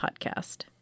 podcast